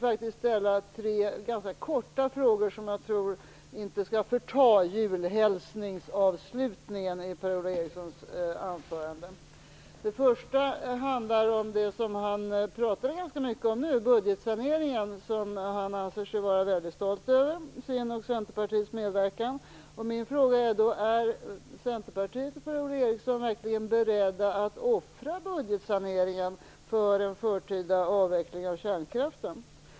Jag tänkte ställa tre ganska korta frågor, som jag inte tror skall förta julhälsningen i slutet av Per-Ola Den första frågan handlar om det som Per-Ola Eriksson pratade ganska mycket om, dvs. budgetsaneringen, där han anser sig vara stolt över sin och Ola Eriksson verkligen beredda att offra budgetsaneringen för en förtida avveckling av kärnkraften?